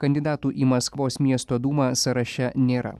kandidatų į maskvos miesto dūmą sąraše nėra